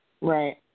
Right